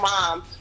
mom